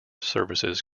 services